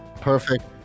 Perfect